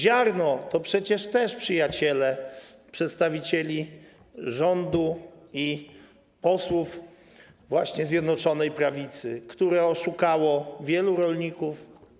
Ziarno to przecież też przyjaciele przedstawicieli rządu i posłów właśnie Zjednoczonej Prawicy, które oszukało wielu rolników.